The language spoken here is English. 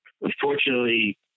unfortunately